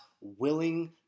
willing